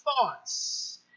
thoughts